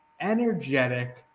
energetic